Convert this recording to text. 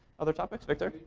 other topics? victor?